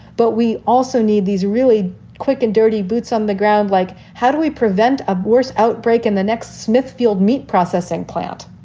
but we also need these really quick and dirty boots on the ground, like how do we prevent a worst outbreak in the next smithfield meat processing plant?